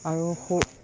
আৰু সৰু